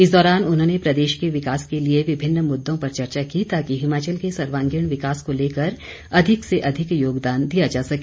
इस दौरान उन्होंने प्रदेश के विकास के लिए विभिन्न मुद्दों पर चर्चा की ताकि हिमाचल के सर्वांगीण विकास को लेकर अधिक से अधिक योगदान दिया जा सके